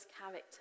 character